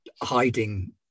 hiding